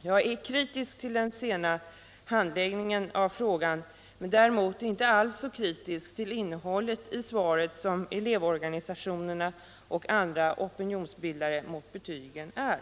Jag är kritisk till den sena handläggningen av frågan men däremot inte alls så kritisk till innehållet i svaret som elevorganisationerna och andra som bildar opinion mot betygen är.